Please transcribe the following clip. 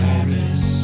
Paris